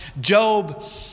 Job